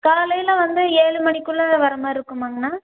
காலையில் வந்து ஏழு மணிக்குள்ளே வர மாதிரி இருக்குமாங்ண்ணா